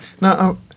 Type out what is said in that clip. Now